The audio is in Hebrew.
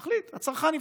תחליט, הצרכן יבחר.